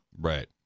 Right